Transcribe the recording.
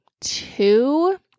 two